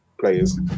players